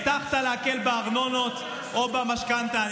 הבטחת להקל בארנונות או במשכנתה,